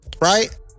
Right